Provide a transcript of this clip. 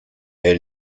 est